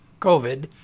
COVID